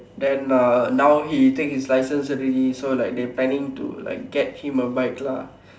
then ah now he take his license already so like now they planning to get him a bike lah